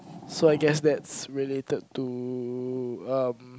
so I guess that's related to um